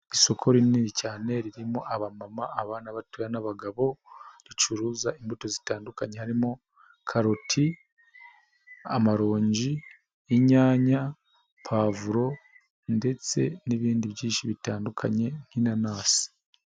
Isoko rinini cyane ririmo abamama, abana batoya n'abagabo, ricuruza imbuto zitandukanye harimo karoti, amaronji, inyanya, pavuro ndetse n'ibindi byinshi bitandukanye nk'inanasi.